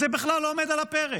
זה בכלל לא עומד על הפרק.